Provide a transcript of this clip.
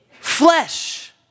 flesh